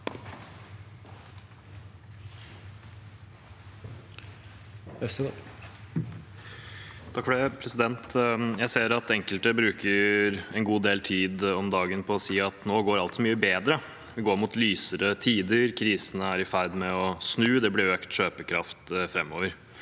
(komite- ens leder): Jeg ser at enkelte bruker en god del tid om dagen på å si at nå går alt så mye bedre, det går mot lysere tider, krisen er i ferd med å snu, det blir økt kjøpekraft framover.